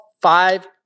five